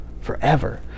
Forever